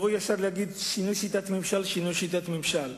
להגיד ישר: שינוי שיטת הממשל, שינוי שיטת הממשל,